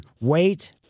wait